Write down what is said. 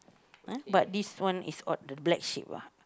but this one is called the black sheep lah